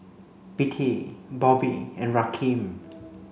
Bettye Bobbie and Rakeem